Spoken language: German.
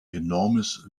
enormes